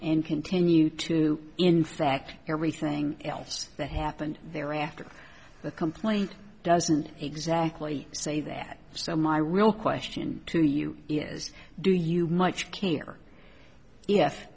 and continue to infect everything else that happened thereafter the complaint doesn't exactly say that so my real question to you is do you much care